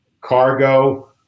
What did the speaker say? Cargo